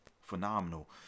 phenomenal